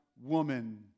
woman